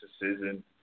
decision